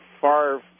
far